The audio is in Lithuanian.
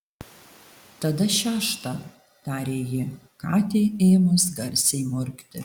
tada šeštą tarė ji katei ėmus garsiai murkti